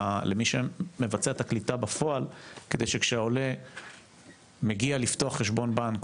למי שמבצע את הקליטה בפועל כדי שכשהעולה מגיע לפתוח חשבון בנק,